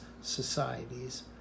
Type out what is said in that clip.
societies